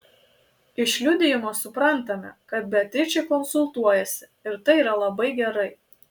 iš liudijimo suprantame kad beatričė konsultuojasi ir tai yra labai gerai